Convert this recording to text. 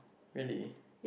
really